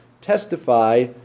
testify